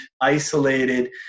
isolated